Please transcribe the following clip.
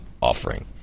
offering